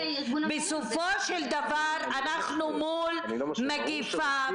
בסופו של דבר אנחנו מול מגפה,